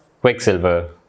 Quicksilver